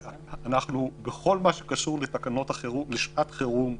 בכל מה שקשור בתקנות לשעת חירום,